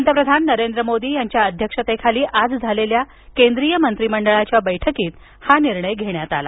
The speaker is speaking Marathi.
पंतप्रधान नरेंद्र मोदी यांच्या अध्यक्षतेखाली आज झालेल्या केंद्रीय मंत्रिमंडळाच्या बैठकीत हा निर्णय घेण्यात आला